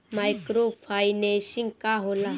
Micro financing का होला?